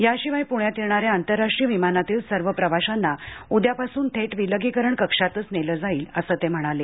याशिवाय प्ण्यात येणाऱ्या आंतरराष्ट्रीय विमानातील सर्व प्रवाशांना उदयापासून थेट विलगीकरण कक्षातच नेलं जाईल असं ही ते म्हणाले